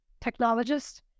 technologists